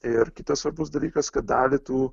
ir kitas svarbus dalykas kad dalį tų